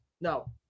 No